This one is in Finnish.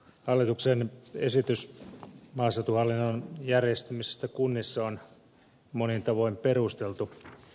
hallituksen esitys maaseutuhallinnon järjestämisestä kunnissa on monin tavoin perusteltu